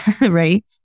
right